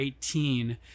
18